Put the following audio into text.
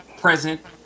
present